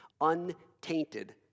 untainted